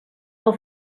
del